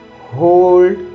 Hold